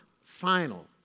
final